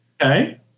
Okay